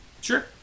Sure